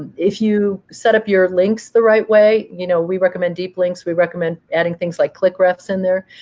if you set up your links the right way, you know we recommend deep links, we recommend adding things like click refs in there,